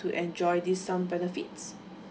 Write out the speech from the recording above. to enjoy this some benefits